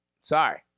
Sorry